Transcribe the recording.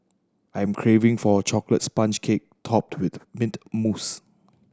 I'm craving for a chocolate sponge cake topped with mint mousse